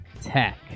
Tech